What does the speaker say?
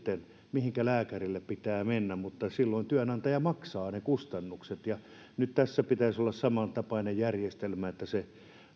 mihinkä lääkärille sitten pitää mennä mutta silloin työnantaja maksaa ne kustannukset tässä pitäisi olla samantapainen järjestelmä että